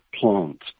plants